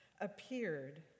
appeared